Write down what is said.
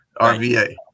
RVA